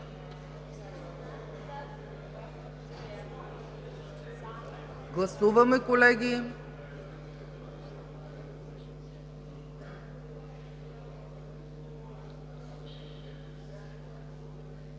Гласуваме, колеги! Гласували